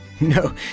No